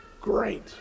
Great